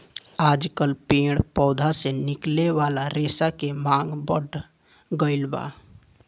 आजकल पेड़ पौधा से निकले वाला रेशा के मांग बढ़ गईल बा